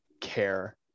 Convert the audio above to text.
care